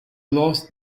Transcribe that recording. lost